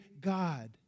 God